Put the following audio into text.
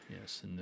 Yes